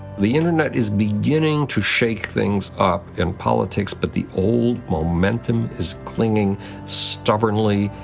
the internet is beginning to shake things up in politics but the old momentum is clinging stubbornly,